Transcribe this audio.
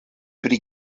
pri